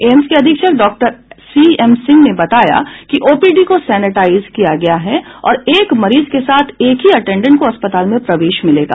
AIIMS के अधीक्षक doctor CM Singh ने बताया कि ओपीडी को सैनिटाइज किया गया है और एक मरीज के साथ एक ही अटेंडेंट को अस्पताल में प्रवेश मिलेगा